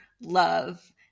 love